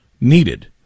needed